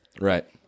right